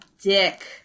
dick